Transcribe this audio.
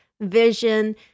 vision